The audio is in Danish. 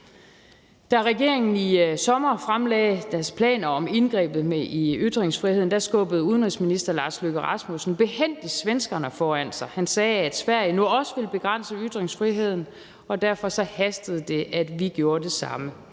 Da regeringen i sommer fremlagde deres planer om indgrebet i ytringsfriheden, skubbede udenrigsministeren behændigt svenskerne foran sig. Han sagde, at Sverige nu også vil begrænse ytringsfriheden, og derfor hastede det, at vi gjorde det samme.